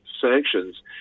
sanctions